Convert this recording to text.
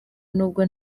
n’ubwo